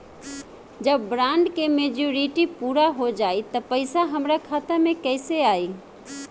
जब बॉन्ड के मेचूरिटि पूरा हो जायी त पईसा हमरा खाता मे कैसे आई?